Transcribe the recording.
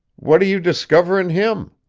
what do you discover in him?